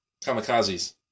kamikazes